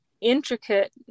intricate